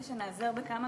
כבוד